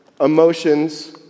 emotions